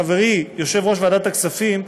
חברי יושב-ראש ועדת הכספים,